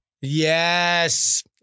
Yes